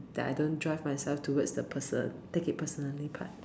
that I don't drive myself towards the person take it personally part